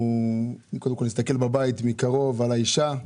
קודם כל להסתכל בבית מקרוב על האישה.